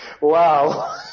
Wow